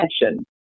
attention